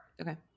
Okay